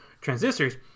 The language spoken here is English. transistors